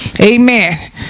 Amen